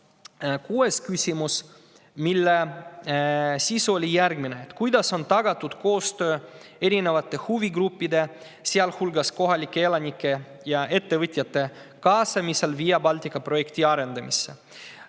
kuues küsimus, mis on järgmine: "Kuidas on tagatud koostöö erinevate huvigruppide, sealhulgas kohalike elanike ja ettevõtjate, kaasamisel Via Baltica projekti arendamisse?"